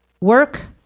work